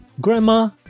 Grandma